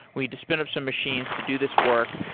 we need to spin up some machine to do this work,